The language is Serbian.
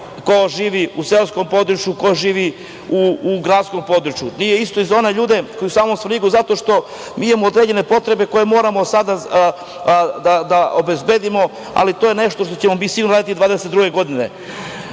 ko živi u seoskom području, ko živi u gradskom području. Nije isto i za one ljude u samom Svrljigu zato što mi imamo određene potrebe koje moramo sada da obezbedimo, ali to je nešto što ćemo mi sigurno raditi u toku